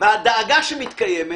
והדאגה שמתקיימת